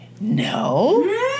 no